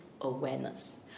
awareness